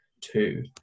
two